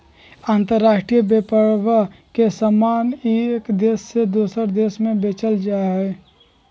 अंतराष्ट्रीय व्यापरवा में समान एक देश से दूसरा देशवा में बेचल जाहई